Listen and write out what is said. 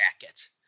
jacket